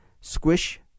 squish